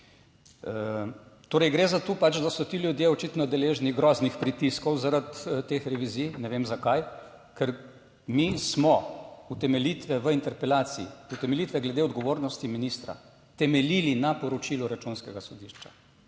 Torej gre za to pač, da so ti ljudje očitno deležni groznih pritiskov zaradi teh revizij. Ne vem zakaj, ker mi smo utemeljitve v interpelaciji, utemeljitve glede odgovornosti ministra, temeljili na poročilu Računskega sodišča.